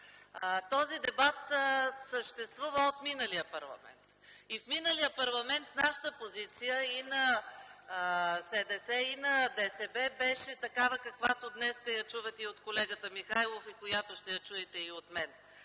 Този дебат съществува от миналия парламент. И тогава нашата позиция на СДС и на ДСБ беше такава, каквато днес я чувате от колегата Михайлов и която ще я чуете и от мен.